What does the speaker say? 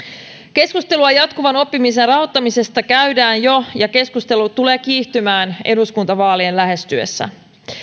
keskustelua jatkuvan oppimisen rahoittamisesta käydään jo ja keskustelu tulee kiihtymään eduskuntavaalien lähestyessä